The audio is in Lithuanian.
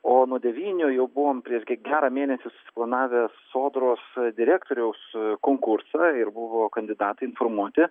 o nuo devynių jau buvom prieš gerą mėnesį susiplanavę sodros direktoriaus konkursą ir buvo kandidatai informuoti